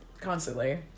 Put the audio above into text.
constantly